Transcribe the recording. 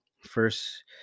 first